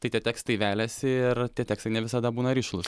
tai tie tekstai veliasi ir tie tekstai ne visada būna rišlūs